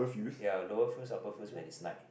ya lower fields upper fields when it's night